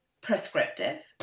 prescriptive